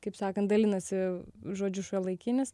kaip sakant dalinasi žodžiu šiuolaikinis